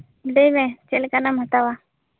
ᱞᱟᱹᱭ ᱢᱮ ᱪᱮᱫ ᱞᱮᱠᱟ ᱱᱟᱜ ᱮᱢ ᱦᱟᱛᱟᱣᱟ